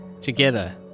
Together